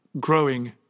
growing